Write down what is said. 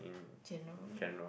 general right